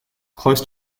close